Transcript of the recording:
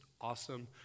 awesome